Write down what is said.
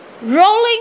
rolling